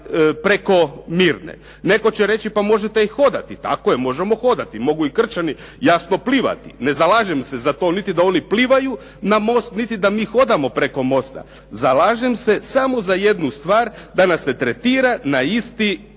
preko Mirne. Netko će reći pa možete i hodati. Tako je možemo hodati. Mogu i Krčani jasno plivati. Ne zalažem se za to niti da oni plivaju na most, niti da mi hodamo preko mosta. Zalažem se samo za jednu stvar da nas se tretira na isti